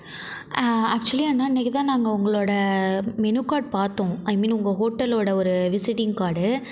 actually அண்ணா இன்னிக்கு தான் நாங்கள் உங்களோட மெனு கார்ட் பார்த்தோம் ஐ மீன் உங்கள் ஹோட்டலோட ஒரு விசிட்டிங் கார்டு